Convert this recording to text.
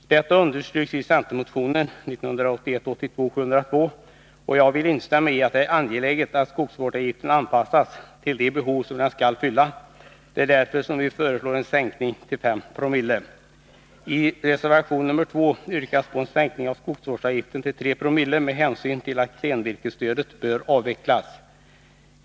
Detta understryks i centermotion 1981/82:702, och jag vill instämma i att det är angeläget att skogsvårdsavgiften anpassas till de behov som den skall fylla. Det är därför som vi föreslår en sänkning till 5 Joo. I reservation nr 2 yrkas på en sänkning av skogsvårdsavgiften till 3 Zoo med hänvisning till att klenvirkesstödet bör avvecklas.